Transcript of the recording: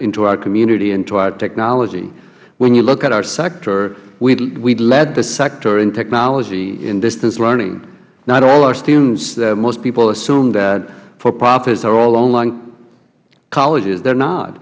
into our community and to our technology when you look at our sector we led the sector in technology in distance learning not all our students most people assume that for profits are all online colleges they are not